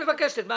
מבקשת?